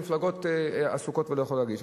המפלגות עסוקות ולא יכולות להגיש.